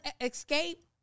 escape